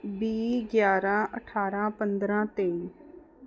ਵੀਹ ਗਿਆਰ੍ਹਾਂ ਅਠਾਰ੍ਹਾਂ ਪੰਦਰ੍ਹਾਂ ਤੇਈ